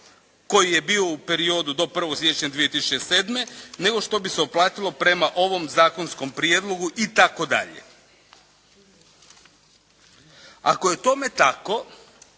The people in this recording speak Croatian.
koji je bio u periodu do 1. siječnja 2007., nego što bi se uplatilo prema ovom zakonskom prijedlogu itd. Ako je tome tako